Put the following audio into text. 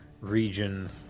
region